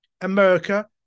America